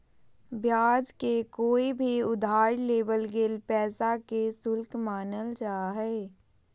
ब्याज के कोय भी उधार लेवल गेल पैसा के शुल्क मानल जा हय